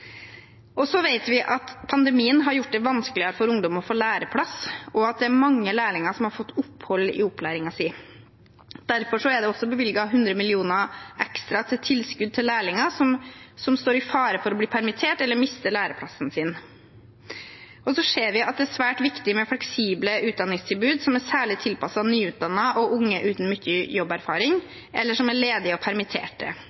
Vi vet at pandemien har gjort det vanskeligere for ungdom å få læreplass, og at det er mange lærlinger som har fått opphold i opplæringen sin. Derfor er det også bevilget 100 mill. kr ekstra til tilskudd til lærlinger som står i fare for å bli permittert eller miste læreplassen sin. Vi ser at det er svært viktig med fleksible utdanningstilbud som er særlig tilpasset nyutdannede og unge uten